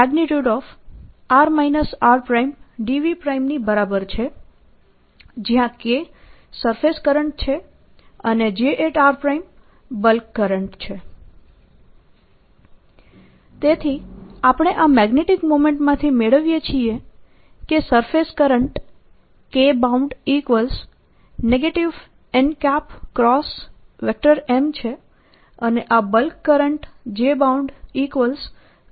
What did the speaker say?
A n×Mr|r r|dSMr|r r|dVKr|r r|dSJ r|r r|dV તેથી આપણે આ મેગ્નેટિક મોમેન્ટમાંથી મેળવીએ છીએ કે સરફેસ કરંટ Kbound nM છે અને બલ્ક કરંટ JboundM છે